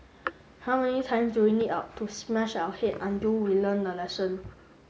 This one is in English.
how many times do we need out to smash our head until we learn the lesson